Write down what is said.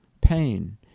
pain